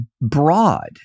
broad